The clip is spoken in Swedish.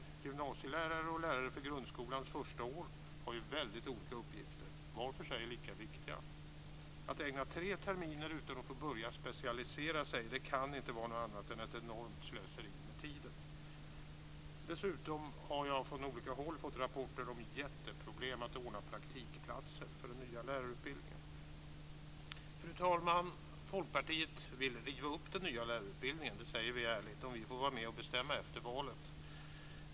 Gymnasielärare och lärare för grundskolans första år har väldigt olika uppgifter, var för sig lika viktiga. Att ägna tre terminer åt studier utan att få börja specialisera sig kan inte vara något annat än ett enormt slöseri med tid. Dessutom har jag från olika håll fått rapporter om jätteproblem att ordna praktikplatser för den nya lärarutbildningen. Fru talman! Folkpartiet vill riva upp den nya lärarutbildningen - det säger vi ärligt - om vi får vara med och bestämma efter valet.